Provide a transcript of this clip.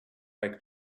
like